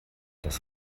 das